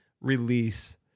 release